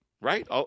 Right